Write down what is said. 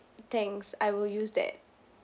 thanks I will use that